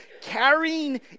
carrying